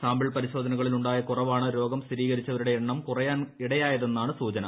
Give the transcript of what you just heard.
sample പരിശോധനകളിൽ ഉണ്ടായ കുറവാണ് രോഗം സ്ഥിരീകരിച്ചവരുടെ എണ്ണം കുറയാൻ ഇടയായതെന്നാണ് സൂചന